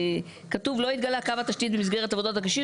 כתוב "לא התגלה קו התשתית במסגרת עבודות הגישוש,